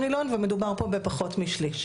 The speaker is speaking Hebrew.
או נילון ומדובר פה בפחות משליש,